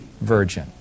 virgin